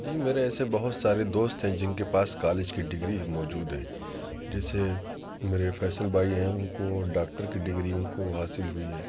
جی میرے ایسے بہت سارے دوست ہیں جن کے پاس کالج کی ڈگری موجود ہے جیسے میرے فیصل بھائی ہیں ان کو ڈاکٹر کی ڈگری ان کو حاصل ہوئی ہے